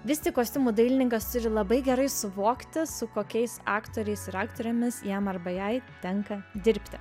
vis tik kostiumų dailininkas turi labai gerai suvokti su kokiais aktoriais ir aktorėmis jam arba jai tenka dirbti